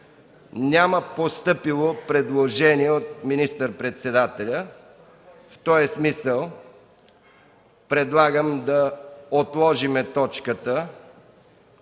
няма постъпило предложение от министър-председателя. В този смисъл предлагам да отложим точката